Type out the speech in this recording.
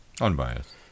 Unbiased